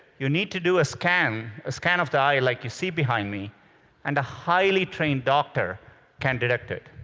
you need to do a scan, a scan of the eye like you see behind me and a highly trained doctor can detect it.